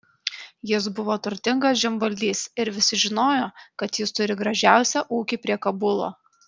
jis buvo turtingas žemvaldys ir visi žinojo kad jis turi gražiausią ūkį prie kabulo